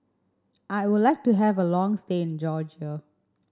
I would like to have a long stay in Georgia